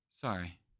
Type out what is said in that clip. Sorry